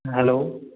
hello